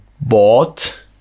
bought